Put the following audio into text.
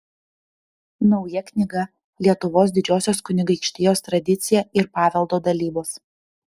nauja knyga lietuvos didžiosios kunigaikštijos tradicija ir paveldo dalybos